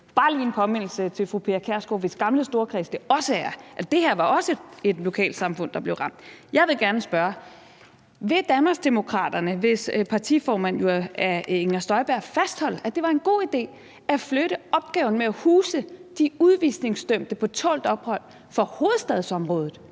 bare lige en påmindelse til fru Pia Kjærsgaard, hvis gamle storkreds det også er. Det her var også et lokalsamfund, der blev ramt. Jeg vil gerne spørge, om Danmarksdemokraterne – hvis partiformand jo er fru Inger Støjberg – vil fastholde, at det var en god idé at flytte opgaven med at huse de udvisningsdømte på tålt ophold fra hovedstadsområdet